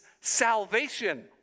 salvation